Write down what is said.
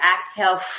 exhale